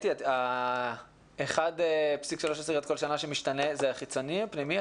אתי, ה-1.3 שמשתנה כל שנה זה חיצוני או פנימי.